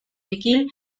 tequil